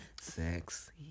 sex